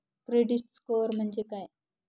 Credit score म्हणजे काय?